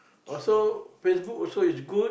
also Facebook also is good